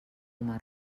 coma